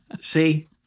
See